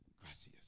Gracias